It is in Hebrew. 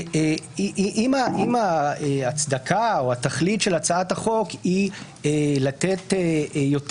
אם ההצדקה או התכלית של הצעת החוק היא לתת יותר